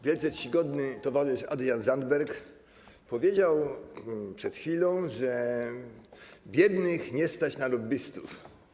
Wielce czcigodny towarzysz Adrian Zandberg powiedział przed chwilą, że biednych nie stać na lobbystów.